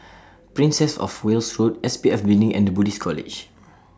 Princess of Wales Road S P F Building and The Buddhist College